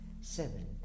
seven